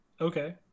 Okay